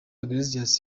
iglesias